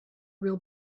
real